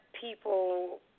people